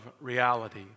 reality